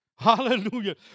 Hallelujah